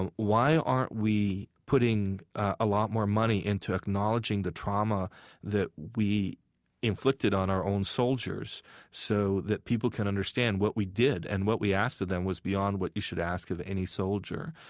and why aren't we putting a lot more money into acknowledging the trauma that we inflicted on our own soldiers so that people can understand what we did, and what we asked of them was beyond what you should ask of any soldier?